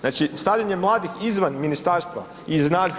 Znači stavljanje mladih izvan ministarstva iz naziva.